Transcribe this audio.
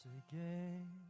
again